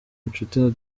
nshuti